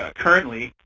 ah currently,